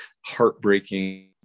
heartbreaking